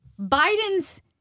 Biden's